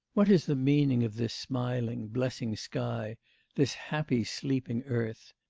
what is the meaning of this smiling, blessing sky this happy, sleeping earth?